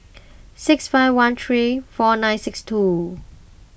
six five one three four nine six two